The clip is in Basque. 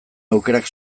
aukerak